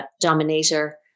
dominator